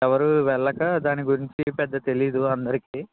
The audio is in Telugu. ఎవరు వెళ్ళక దాని గురించి పెద్ద తెలియదు అందరికి